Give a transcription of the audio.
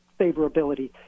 favorability